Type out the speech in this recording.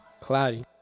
Cloudy